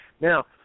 Now